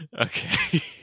Okay